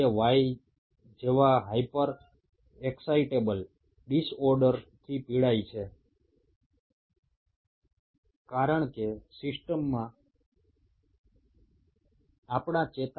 অবশ্যই hyper excitable disorder যেমন এপিলেপসিতে আক্রান্ত ব্যক্তিদের শরীরে এই ঘটনা ঘটতে দেখা যায়